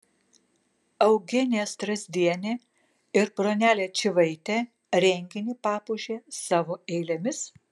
eugenija strazdienė ir bronelė čyvaitė renginį papuošė savo eilėmis